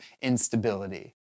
instability